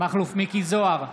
מכלוף מיקי זוהר,